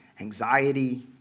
anxiety